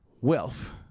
wealth